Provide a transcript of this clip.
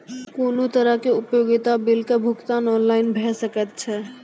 कुनू तरहक उपयोगिता बिलक भुगतान ऑनलाइन भऽ सकैत छै?